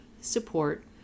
support